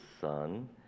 son